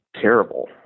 terrible